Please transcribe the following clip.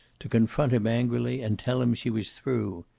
to confront him angrily and tell him she was through.